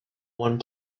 one